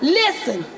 listen